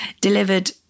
delivered